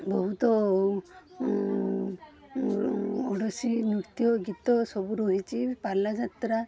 ବହୁତ ଓଡ଼ଶୀ ନୃତ୍ୟ ଗୀତ ସବୁ ରହିଛି ପାଲା ଯାତ୍ରା